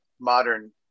modern